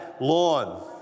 lawn